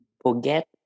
forget